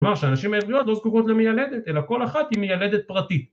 ‫כלומר, שאנשים העבריות ‫לא זקוקות למילדת, ‫אלא כל אחת היא מילדת פרטית.